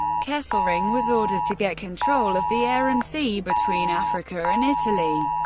kesselring was ordered to get control of the air and sea between africa and italy.